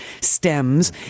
stems